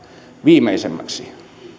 viimeisimmäksi